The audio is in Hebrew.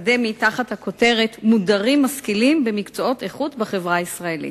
תחת הכותרת "מודרים משכילים במקצועות איכות בחברה הישראלית".